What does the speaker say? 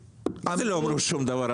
מה זה לא אמרו שום דבר?